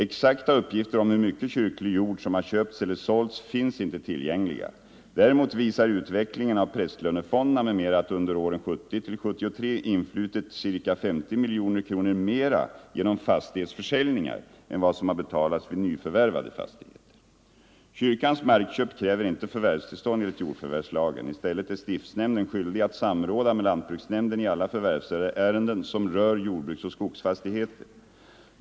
Exakta uppgifter om hur mycket kyrklig jord som har köpts eller sålts finns inte tillgängliga. Däremot visar utvecklingen av prästlönefonderna m.m. att under åren 1970-1973 influtit ca 50 miljoner kronor mera genom fastighetsförsäljningar än vad som har betaltas för nyförvärvade fastigheter. ] Kyrkans markköp kräver inte förvärvstillstånd enligt jordförvärvslagen. I stället är stiftsnämnden skyldig att samråda med lantbruksnämnj den i alla förvärvsärenden som rör jordbruksoch skogsfastigheter.